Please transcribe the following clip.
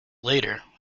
later